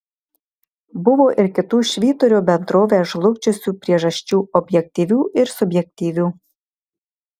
buvo ir kitų švyturio bendrovę žlugdžiusių priežasčių objektyvių ir subjektyvių